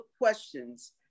questions